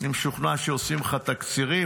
אני משוכנע שעושים לך תקצירים,